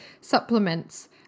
supplements